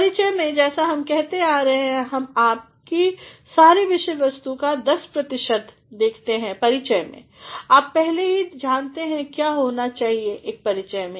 परिचय में जैसा हम कहते आ रहे हैं हम आपकी सारी विषय वास्तु का दस प्रतिशत देखता हैं परिचय में आप पहले ही जानते हैं क्या होना चाहिए एक परिचय में